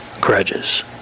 grudges